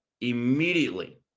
immediately